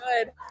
Good